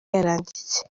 yaranditse